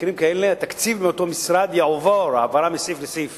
במקרים כאלה התקציב מאותו משרד יועבר העברה מסעיף לסעיף